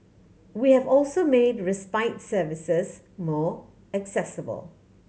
we have also made respite services more accessible